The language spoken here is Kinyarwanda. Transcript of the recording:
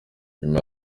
nyuma